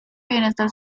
bienestar